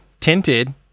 tinted